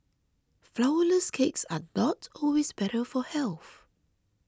Flourless Cakes are not always better for health